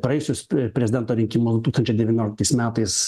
praėjusius prezidento rinkimus du tūkstančiai devynioliktais metais